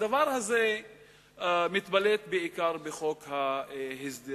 הדבר הזה מתבלט בעיקר בחוק ההסדרים,